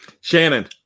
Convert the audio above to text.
Shannon